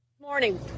Morning